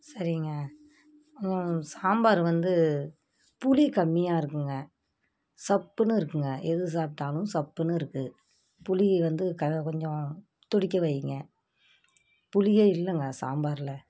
சரிங்க உங்கள் சாம்பார் வந்து புளி கம்மியாக இருக்குதுங்க சப்புன்னு இருக்குதுங்க எது சாப்பிட்டாலும் சப்புன்னு இருக்குது புளி வந்து கொஞ்சம் துடிக்க வைங்க புளியே இல்லைங்க சாம்பாரில்